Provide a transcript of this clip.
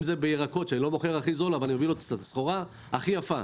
אם זה בירקות שאני לא מוכר הכי זול אבל אני נותן את הסחורה הכי יפה,